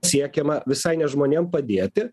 siekiama visai ne žmonėm padėti